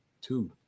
two